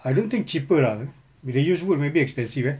I don't think cheaper lah kan if they use wood maybe expensive eh